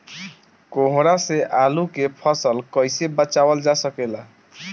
कोहरा से आलू के फसल कईसे बचावल जा सकेला?